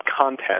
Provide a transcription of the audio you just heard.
content